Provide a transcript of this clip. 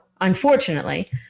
unfortunately